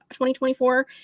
2024